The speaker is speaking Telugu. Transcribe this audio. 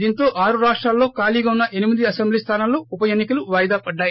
దీంతో ఆరు రాష్టాల్లో ఖాళీగా ఉన్న ఎనిమిది అసెంబ్లీ స్థానాల్లో ఉపఎన్ని కలు వాయిదా పడ్డాయి